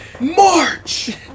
March